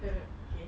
okay